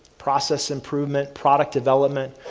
process improvement, product development,